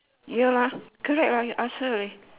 ya lah correct lah I ask her already